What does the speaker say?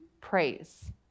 praise